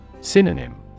Synonym